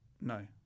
no